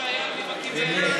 שהיה ממקימי אריאל.